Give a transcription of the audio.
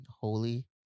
Holy